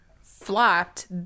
flopped